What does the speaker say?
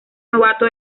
novato